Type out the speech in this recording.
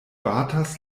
batas